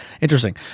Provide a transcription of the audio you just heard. interesting